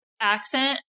accent